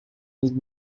need